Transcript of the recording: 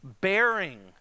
bearing